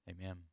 Amen